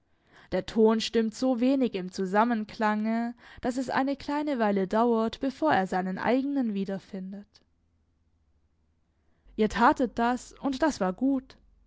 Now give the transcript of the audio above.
der ton stimmt so wenig im zusammenklange daß es eine kleine weile dauert bevor er seinen eigenen wiederfindet ihr tatet das und das war gut